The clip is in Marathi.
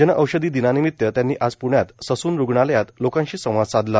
जन औषधी दिनानिमित त्यांनी आज प्ण्यात ससून रुग्णालयात लोकांशी संवाद साधला